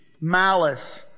malice